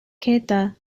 keita